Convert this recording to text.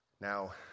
Now